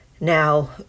Now